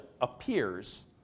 appears